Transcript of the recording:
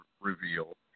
reveal